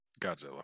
Godzilla